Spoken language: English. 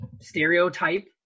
stereotype